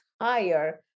higher